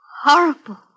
horrible